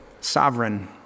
Sovereign